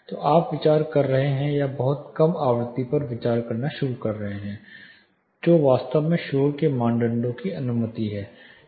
तो आप विचार कर रहे हैं या बहुत कम आवृत्तियों पर विचार करना शुरू कर रहे हैं जो वास्तव में शोर के मानदंडों की अनुमति है